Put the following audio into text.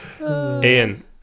Ian